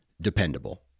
dependable